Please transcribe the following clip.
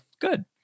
good